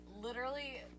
literally-